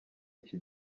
iki